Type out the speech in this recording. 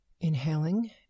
inhaling